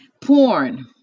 porn